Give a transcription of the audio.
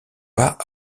pas